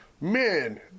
Man